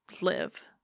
live